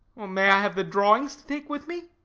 may i have the drawings to take with me?